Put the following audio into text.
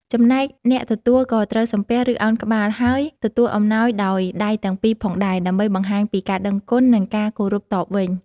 ចំណែកអ្នកទទួលក៏ត្រូវសំពះ ឬឱនក្បាល ហើយទទួលអំណោយដោយដៃទាំងពីរផងដែរ ដើម្បីបង្ហាញពីការដឹងគុណ និងការគោរពតបវិញ។